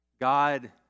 God